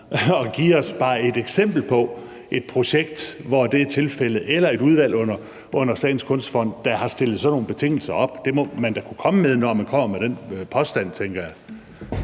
at give os bare ét eksempel på et projekt, hvor det er tilfældet, eller hvor et udvalg under Statens Kunstfond har stillet sådan nogle betingelser op. Det må man da kunne komme med, når man kommer med den påstand, tænker jeg.